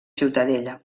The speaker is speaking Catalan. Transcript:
ciutadella